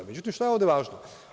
Međutim, šta je ovde važno?